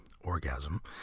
orgasm